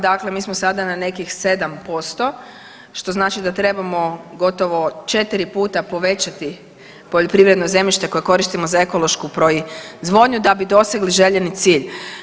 Dakle, mi smo sada na nekih 7% što znači da trebamo gotovo 4 puta povećati poljoprivredno zemljište koje koristimo za ekološku proizvodnju da bi dostigli željeni cilj.